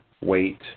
weight